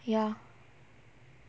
ya